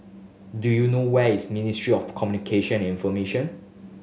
do you know where is Ministry of Communication and Information